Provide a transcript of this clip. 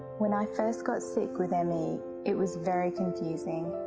when i first got sick with me it was very confusing.